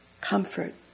comfort